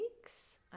weeks